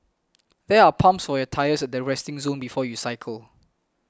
there are pumps for your tyres at the resting zone before you cycle